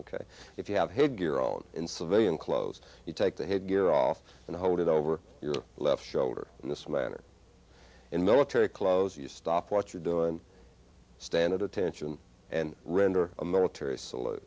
ok if you have head your own in civilian clothes you take the headgear off and hold it over your left shoulder in this manner in military clothes you stop what you're doing stand at attention and render a military s